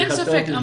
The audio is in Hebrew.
אין ספק.